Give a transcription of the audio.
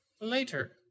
later